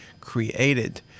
created